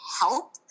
help